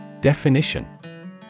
Definition